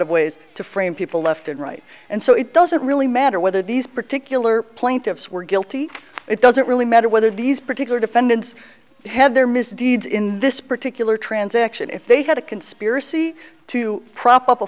of ways to frame people left and right and so it doesn't really matter whether these particular plaintiffs were guilty it doesn't really matter whether these particular defendants had their misdeeds in this particular transaction if they had a conspiracy to prop up a